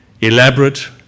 Elaborate